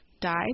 died